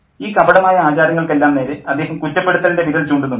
ഈ കപടമായ ആചാരങ്ങൾക്കെല്ലാം നേരെ അദ്ദേഹം കുറ്റപ്പെടുത്തലിൻ്റെ വിരൽ ചൂണ്ടുന്നുണ്ട്